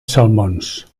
salmons